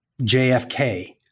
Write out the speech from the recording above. JFK